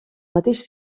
mateix